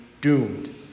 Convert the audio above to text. doomed